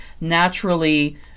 naturally